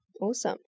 Awesome